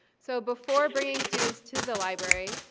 so before bringing students to the library,